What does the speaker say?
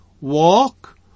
Walk